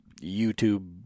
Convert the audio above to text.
YouTube